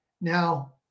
Now